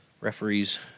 Referees